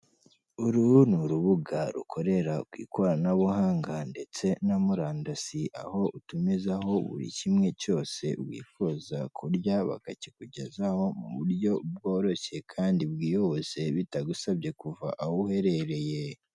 Uru ni urubuga rukorera ku ikoranabuhanga ndetse na murandasi, aho utumizaho buri kimwe cyose wifuza kurya bakakikugezaho mu buryo bworoshye kandi bwihuse bitagusabye kuva aho uherereye.